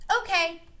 okay